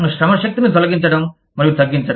శ్రమశక్తిని తొలగించడం మరియు తగ్గించడం